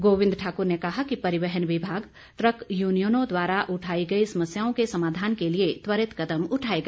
गोविंद ठाकुर ने कहा कि परिवहन विभाग ट्रक यूनियनों द्वारा उठाई गई समस्याओं के समाधान के लिए त्वरित कदम उठाएगा